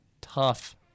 tough